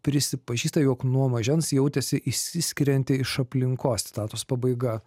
prisipažįsta jog nuo mažens jautėsi išsiskirianti iš aplinkos citatos pabaiga